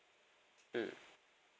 mm